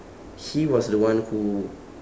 he was the one who